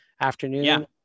afternoon